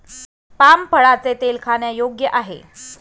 palm फळाचे तेल खाण्यायोग्य आहे